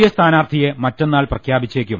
A സ്ഥാനാർത്ഥിയെ മറ്റുന്നാൾ പ്രഖ്യാപിച്ചേക്കും